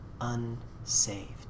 unsaved